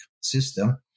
system